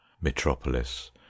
metropolis